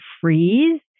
freeze